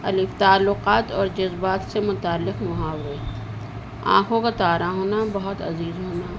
علیف تعلقات اور جذبات سے متعلق محاورے آنکھوں کا تارہ ہونا بہت عزیز ہونا